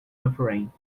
offering